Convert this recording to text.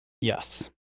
Yes